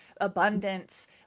abundance